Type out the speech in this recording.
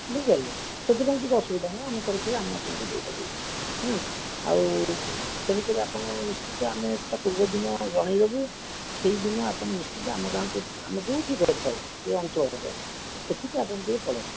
ବୁଝିପାରିଲେ ସେଥିପାଇଁ କିଛି ଅସୁବିଧା ନାହିଁ ଆମ ତରଫରୁ ଆମେ ଆପଣଙ୍କୁ ଦେଇଦବୁ ହେଁ ଆଉ ତେଣୁକରି ଆପଣ ନିଶ୍ଚିନ୍ତ ଆମେ ତା ପୂର୍ବଦିନ ଜଣାଇଦେବୁ ସେହିଦିନ ଆପଣ ନିଶ୍ଚିନ୍ତ ଆମ ଗାଁକୁ ଆମେ ଯେଉଁଠି ଥାଉ ସେ ଅଞ୍ଚଳରେ ହଉ ସେଠିକି ଆପଣ ଟିକିଏ ପଳାଇଆସିବେ